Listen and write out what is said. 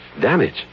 Damage